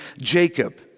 Jacob